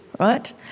right